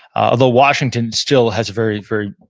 although washington still has a very, very,